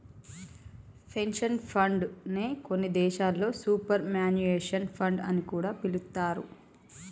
pension fund నే కొన్ని దేశాల్లో సూపర్ యాన్యుయేషన్ ఫండ్ అని కూడా పిలుత్తారు